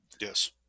yes